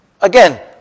Again